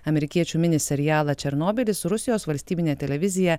amerikiečių mini serialą černobylis rusijos valstybinė televizija